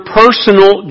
personal